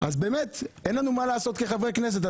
אז באמת אין לנו מה לעשות כחברי כנסת.